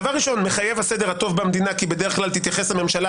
דבר ראשון מחייב הסדר הטוב במדינה כי בדרך כלל תתייחס הממשלה